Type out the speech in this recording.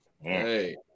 Hey